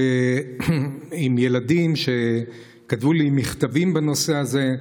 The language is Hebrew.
עם ילדים, שכתבו לי מכתבים בנושא הזה.